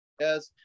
yes